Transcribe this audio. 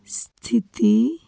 ਸਥਿਤੀ